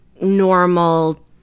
normal